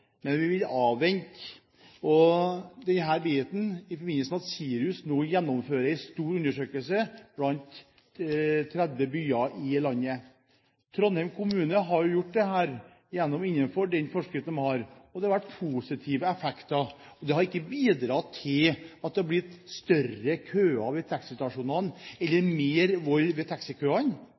men vi vil avvente resultatet i forbindelse med at SIRUS nå gjennomfører en stor undersøkelse i 30 byer i landet. Trondheim kommune har gjort dette innenfor den forskriften de har, og det har vært positive effekter. Det har ikke bidratt til at det har blitt større køer ved taxistasjonene eller mer vold ved taxikøene,